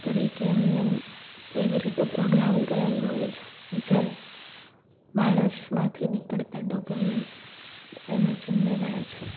તરીકે એમ નેમ એવી રીતે પ્રોગ્રામ કરેલું હોય છે જે માણસમાંથી નીકળતા ડોપોમીન એનો જિમ્મેદાર છે